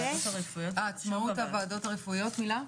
עצמאות הוועדות הרפואיות, מילה.